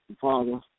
Father